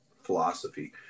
philosophy